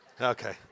Okay